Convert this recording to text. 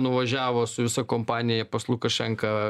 nuvažiavo su visa kompanija pas lukašenką